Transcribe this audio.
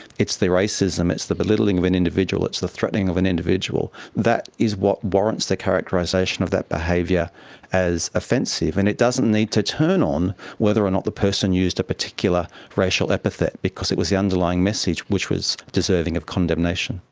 it's the racism, it's the belittling of an individual, it's the threatening of an individual. that is what warrants the characterisation of that behaviour as offensive. and it doesn't need to turn on whether or not the person used a particular racial epithet because it was the underlying message which was deserving of condemnation.